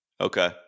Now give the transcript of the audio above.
Okay